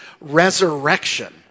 resurrection